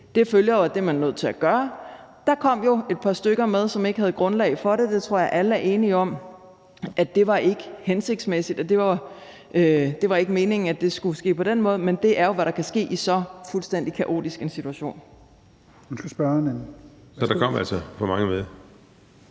Det følger jo, at det er man nødt til at gøre. Der kom jo et par stykker med, som ikke havde grundlag for det, og det tror jeg alle er enige om ikke var hensigtsmæssigt. Det var ikke meningen, at det skulle ske på den måde, men det er jo, hvad der kan ske i så fuldstændig kaotisk en situation. Kl. 16:04 Fjerde næstformand